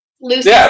Lucy